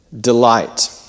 delight